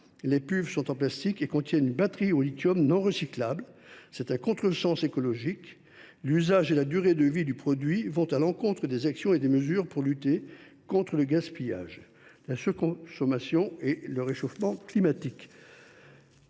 elles sont en plastique et contiennent une batterie au lithium non recyclable : c’est un contresens écologique. L’usage et la durée de vie du produit vont à l’encontre des actions et des mesures pour lutter contre le gaspillage, la surconsommation et le réchauffement climatique.